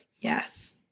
yes